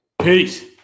Peace